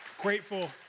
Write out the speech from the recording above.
grateful